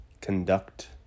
conduct